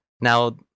Now